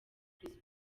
chris